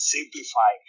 Simplify